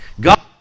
God